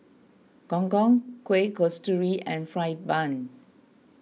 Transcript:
Gong Gong Kueh Kasturi and Fried Bun